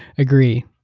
agree.